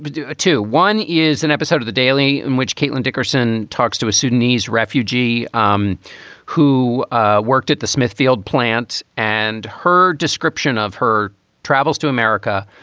do a two. one is an episode of the daily in which caitlin dickerson talks to a sudanese refugees um who ah worked at the smithfield plant and her description of her travels to america.